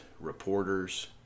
reporters